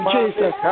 Jesus